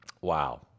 Wow